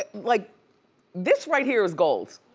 and like this right here is gold.